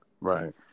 right